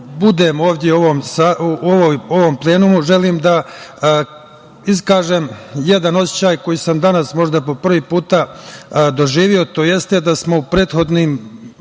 u ovde u ovom plenumu želim da iskažem jedan osećaj koji sam danas možda po prvi put doživeo, to jeste da smo prethodnih